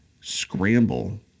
scramble